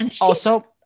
Also-